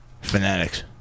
Fanatics